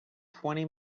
twenty